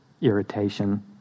irritation